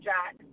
Jack